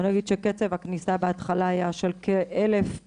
אני אגיד שקצב הכניסה בהתחלה היה של כ-1,000 ליום,